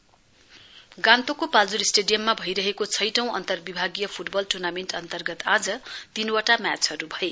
football गान्तोकको पाल्जोर स्टेडियममा भइरहेको छैटौं अन्तर्विभागीय फ्टबल टर्नामेन्ट अन्तर्गत आज तीनवटा म्याचहरू भए